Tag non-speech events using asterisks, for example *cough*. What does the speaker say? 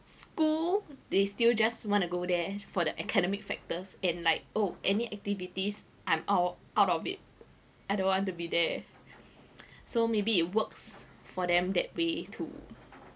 school they still just want to go there for the academic factors and like oh any activities I'm out out of it I don't want to be there *breath* so maybe it works for them that way to